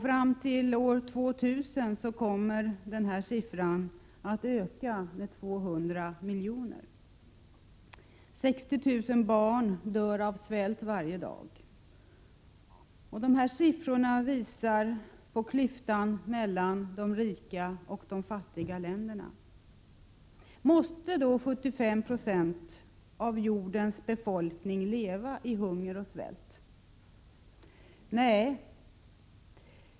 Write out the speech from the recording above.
Fram till år 2000 kommer denna siffra att öka med 200 miljoner. 60 000 barn dör av svält varje dag. Dessa siffror visar på klyftan mellan de rika och de fattiga länderna. Måste då 75 20 av jordens befolkning leva i hunger och svält? Nej!